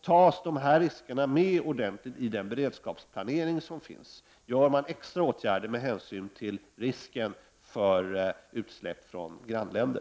Tas dessa risker med ordentligt i den beredskapsplanering som finns? Vidtar man extra åtgärder med hänsyn till risken för utsläpp från grannländer?